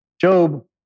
Job